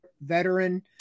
veteran